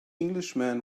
englishman